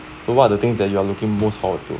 so what are the things that you are looking most forward to